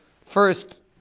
first